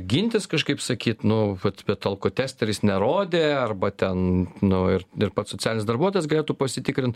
gintis kažkaip sakyt nu vat bet alkotesteris nerodė arba ten nu ir ir pats socialinis darbuotojas galėtų pasitikrint